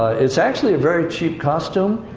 it's actually a very cheap costume.